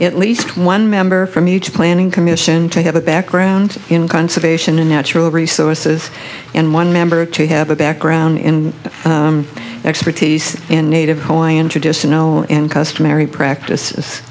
at least one member from each planning commission to have a background in kind ation a natural resources and one member to have a background in expertise in native hawaiian tradition oh and customary practice